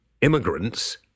immigrants